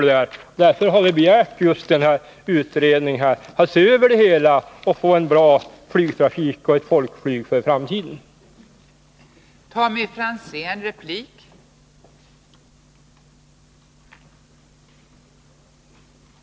Därför har vi begärt att få en utredning som ser över det hela och som undersöker möjligheterna att för framtiden få en bra flygtrafik och ett bra folkflyg.